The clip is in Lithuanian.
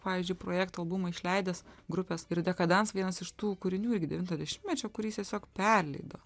pavyzdžiui projekto albumą išleidęs grupės ir dekadans vienas iš tų kūrinių irgi devinto dešimtmečio kurį jis tiesiog perleido